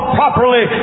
properly